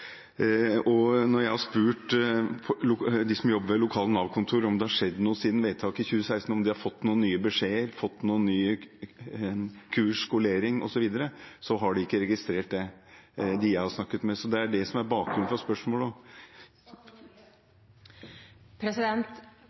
har skjedd noe siden vedtaket i 2016, om de har fått noen nye beskjeder, nye kurs, skolering osv., har de jeg har snakket med, ikke registrert det. Det er det som er bakgrunnen for spørsmålet.